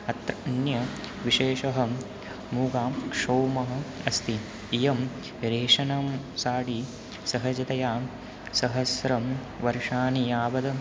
अत्र अन्यविशेषः मूगां क्षौमः अस्ति इयं रेशनं साडि सहजतया सहस्रं वर्षानि यावत्